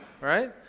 right